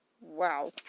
wow